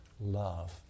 love